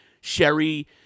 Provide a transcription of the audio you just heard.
Sherry